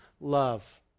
love